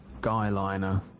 guy-liner